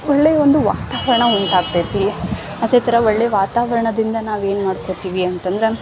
ಒಳ್ಳೆಯ ಒಂದು ವಾತಾವರಣ ಉಂಟಾಗ್ತೈತಿ ಅದೇ ಥರ ಒಳ್ಳೆಯ ವಾತಾವರಣದಿಂದ ನಾವು ಏನು ಮಾಡ್ಕೊಳ್ತೀವಿ ಅಂತಂದ್ರೆ